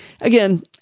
Again